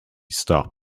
stopped